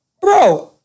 bro